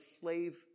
slave